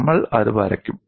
നമ്മൾ അത് വരക്കും